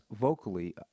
vocally